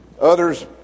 others